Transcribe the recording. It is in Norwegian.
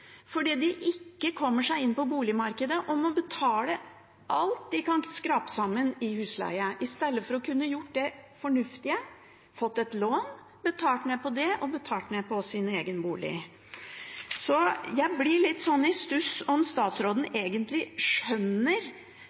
fordi de ikke kommer seg inn på boligmarkedet og må betale alt de kan skrape sammen, i husleie i stedet for å kunne gjøre det fornuftige: fått et lån, betalt ned på det og betalt ned på sin egen bolig. Så jeg blir litt i stuss på om statsråden egentlig skjønner